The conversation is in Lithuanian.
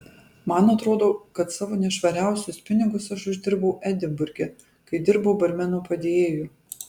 man atrodo kad savo nešvariausius pinigus aš uždirbau edinburge kai dirbau barmeno padėjėju